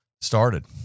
started